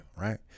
right